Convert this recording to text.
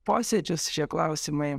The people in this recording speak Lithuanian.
posėdžius šie klausimai